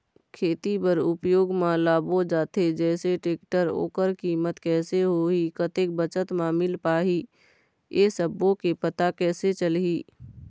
खेती बर उपयोग मा लाबो जाथे जैसे टेक्टर ओकर कीमत कैसे होही कतेक बचत मा मिल पाही ये सब्बो के पता कैसे चलही?